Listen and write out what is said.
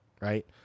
right